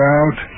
out